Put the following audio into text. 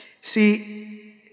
See